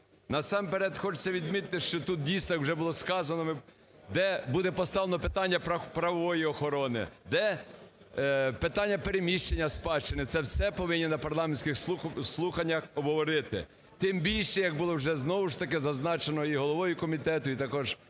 Насамперед хочеться відмітити, що тут дійсно, як вже було сказано, де буде поставлено питання правової охорони, де питання переміщення спадщини. Це все повинні на парламентських слуханнях обговорити. Тим більше, як було вже знову ж таки зазначено і головою комітету, і також